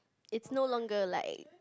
it's no longer like